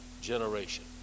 generation